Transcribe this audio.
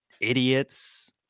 idiots